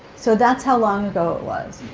so that's how long ago it was.